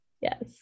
Yes